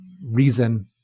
reason